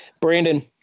Brandon